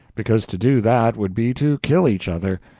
because to do that would be to kill each other,